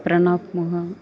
Pranav Mohan